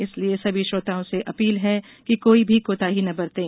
इसलिए सभी श्रोताओं से अपील है कि कोई भी कोताही न बरतें